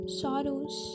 sorrows